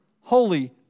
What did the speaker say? holy